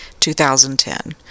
2010